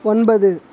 ஒன்பது